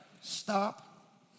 Stop